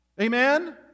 Amen